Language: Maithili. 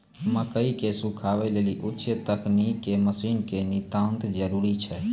मकई के सुखावे लेली उच्च तकनीक के मसीन के नितांत जरूरी छैय?